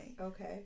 Okay